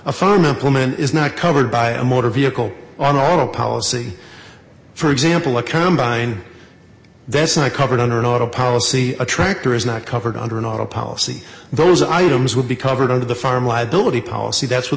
a farm implement is not covered by a motor vehicle on all policy for example a combine that's not covered under an auto policy attractor is not covered under an auto policy those items would be covered under the farm liability policy that's what